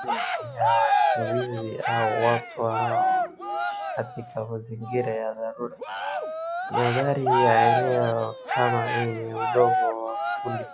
Kuna siku hizi watu wanaoishi katika mazingira ya dharula, mandhari ni ya eneo kama hii ya udogo wa kundi